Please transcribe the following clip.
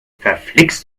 verflixt